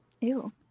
Ew